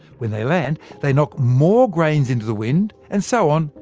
when they land, they knock more grains into the wind, and so on,